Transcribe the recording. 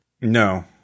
No